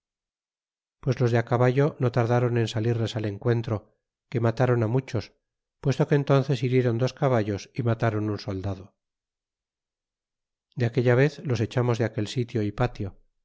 los de á caballo no tardáron en salirles al encuentro que reatáron muchos puesto que entónces biriéron dos caballos é matáron un soldado de aquella vez los echamos de aquel sitio e patio